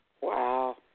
Wow